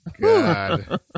God